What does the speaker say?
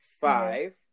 five